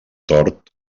tort